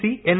C N